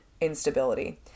instability